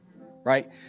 Right